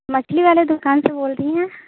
मछली वाले दुकान से बोल रही हैं